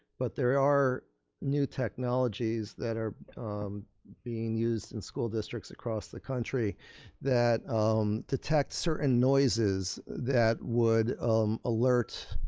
but there are new technologies that are being used in school districts across the country that detect certain noises that would alert